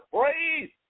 praise